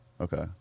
Okay